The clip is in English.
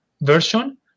version